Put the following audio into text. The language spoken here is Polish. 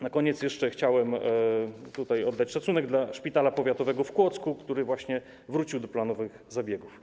Na koniec jeszcze chciałem oddać szacunek dla szpitala powiatowego w Kłodzku, który właśnie wrócił do planowych zabiegów.